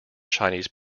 chinese